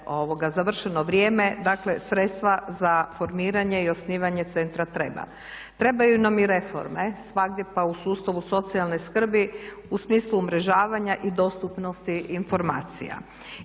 završeno vrijeme. Dakle, sredstva za formiranje i osnivanje centra treba. Trebaju nam i reforme svagdje, pa u sustavu socijalne skrbi u smislu umrežavanja i dostupnosti informacija.